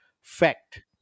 Fact